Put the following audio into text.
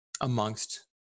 amongst